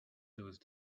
those